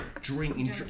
drinking